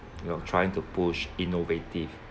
know trying to push innovative